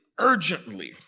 urgently